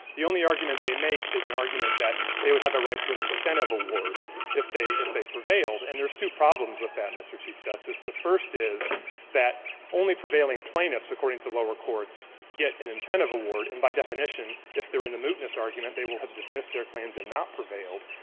the only argument they make is an argument that they would have the right to an incentive award if they if they prevailed. and there's two problems with that, mr. chief justice. the first is that only prevailing plaintiffs, according to lower courts, get an incentive award. and by definition, if they're in the mootness argument, they will have dismissed their claims and not prevailed.